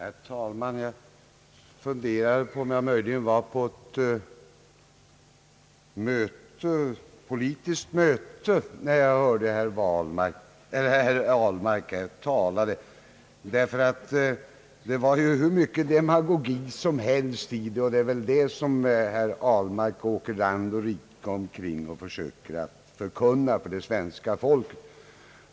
Herr talman! Jag funderade över om jag möjligen var på ett politiskt möte, när jag hörde herr Ahlmark tala, ty hans anförande innehöll ju hur mycket demagogi som helst. Det är väl sådant som herr Ahlmark åker land och rike omkring. och försöker förkunna för svenska folket.